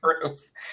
groups